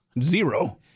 zero